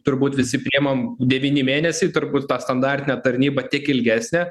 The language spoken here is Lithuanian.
turbūt visi priimam devyni mėnesiai turbūt tą standartinę tarnybą tik ilgesnę